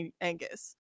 Angus